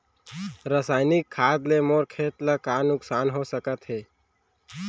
रसायनिक खाद ले मोर खेत ला का नुकसान हो सकत हे?